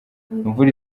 imvura